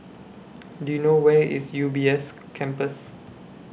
Do YOU know Where IS U B S Campus